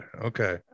Okay